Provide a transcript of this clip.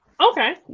Okay